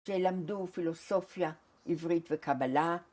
שלמדו פילוסופיה עברית וקבלה.